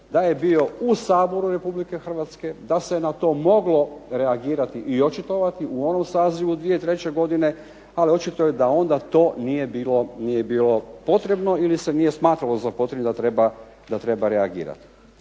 da je bio u Saboru RH, da se na to moglo reagirati i očitovati u onom sazivu 2003. godine, ali očito je da onda to nije bilo potrebno ili se nije smatralo za potrebnim da treba reagirati.